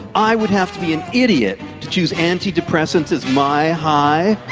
i would have to be an idiot to choose antidepressants as my high.